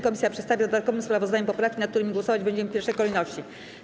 Komisja przedstawia w dodatkowym sprawozdaniu poprawki, nad którymi głosować będziemy w pierwszej kolejności.